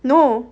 no